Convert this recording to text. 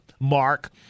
mark